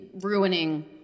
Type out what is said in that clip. ruining